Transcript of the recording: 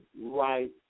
right